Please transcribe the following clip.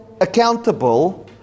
accountable